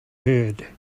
heard